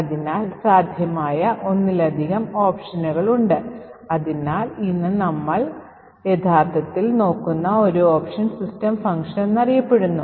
അതിനാൽ സാധ്യമായ ഒന്നിലധികം ഓപ്ഷനുകൾ ഉണ്ട് അതിനാൽ ഇന്ന് നമ്മൾ യഥാർത്ഥത്തിൽ നോക്കുന്ന ഒരു ഓപ്ഷൻ system function എന്നറിയപ്പെടുന്നു